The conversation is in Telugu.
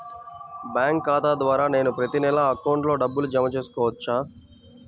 బ్యాంకు ఖాతా ద్వారా నేను ప్రతి నెల అకౌంట్లో డబ్బులు జమ చేసుకోవచ్చా?